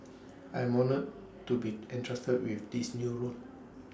I am honoured to be entrusted with this new role